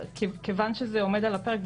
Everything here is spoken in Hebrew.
כיוון שזה עומד על הפרק,